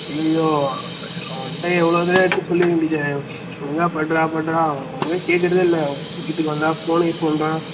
ஐயையோ அவன்கிட்ட எவ்வளோ தடவையோ எடுத்து சொல்லிருக்கேன் டீச்சர் ஒழுங்கா படிறா படிறா அவன் ஒன்னும் கேட்குறதே இல்லை வீட்டுக்கு வந்தால் ஃபோனு யூஸ் பண்ணுறான்